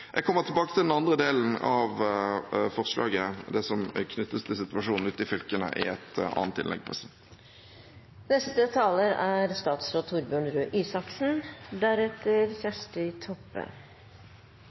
Jeg kommer tilbake til den andre delen av forslaget, det som er knyttet til situasjonen ute i fylkene, i et annet innlegg.